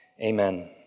amen